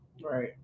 Right